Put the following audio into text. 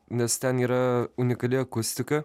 nes ten yra unikali akustika